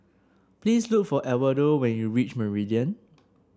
please look for Edwardo when you reach Meridian